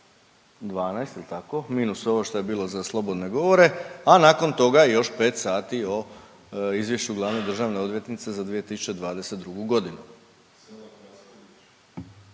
12 je li tako, minus ovo što je bilo za slobodne govore, a nakon toga još 5 sati o Izvješću glavne državne odvjetnice za 2022. g.